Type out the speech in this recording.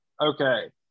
okay